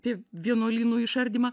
apie vienuolynų išardymą